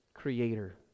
Creator